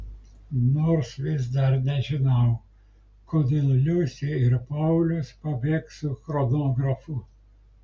nors vis dar nežinau kodėl liusė ir paulius pabėgs su chronografu